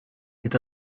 est